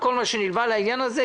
על כל מה שנלווה לעניין הזה,